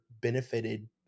benefited